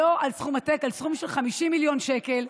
לא על סכום עתק, על סכום של 50 מיליון שקל,